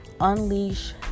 unleash